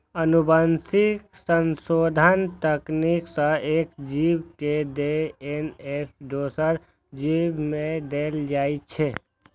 आनुवंशिक संशोधन तकनीक सं एक जीव के डी.एन.ए दोसर जीव मे देल जाइ छै